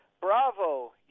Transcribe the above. Bravo